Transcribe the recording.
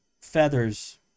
feathers